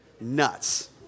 Nuts